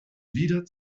wieder